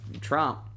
Trump